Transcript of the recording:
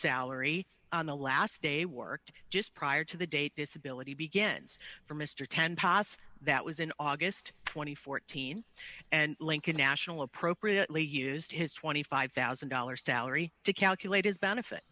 salary on the last day worked just prior to the date disability begins for mr ten past that was in august two thousand and fourteen and lincoln national appropriately used his twenty five thousand dollars salary to calculate his benefit